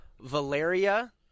Valeria